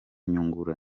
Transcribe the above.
nyungura